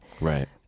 Right